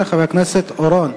חבר הכנסת חיים אורון.